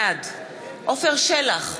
בעד עפר שלח,